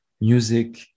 music